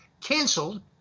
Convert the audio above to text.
canceled